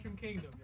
kingdom